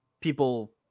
people